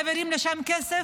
מעבירים לשם כסף?